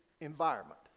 environment